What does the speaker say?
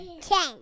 Ten